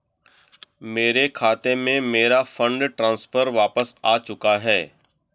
मेरे खाते में, मेरा फंड ट्रांसफर वापस आ चुका है